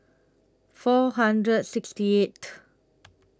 four hundred sixty eighth